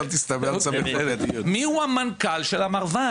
אנחנו ניסינו בכל דרך אפשרית לדעת מיהו המנכ"ל של המרב"ד.